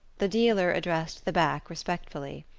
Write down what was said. the dealer addressed the back respectfully.